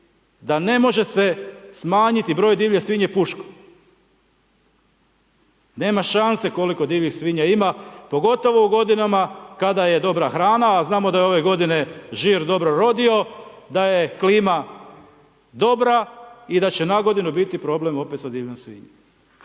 da ne može se smanjiti broj divlje svinje puškom. Nema šanse koliko divljih svinja ima pogotovo u godinama kada je dobra hrana a znamo da je ove godine žir dobro rodio, da je klima dobra i da će nagodinu biti problem opet sa divljom svinjom.